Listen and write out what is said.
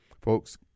folks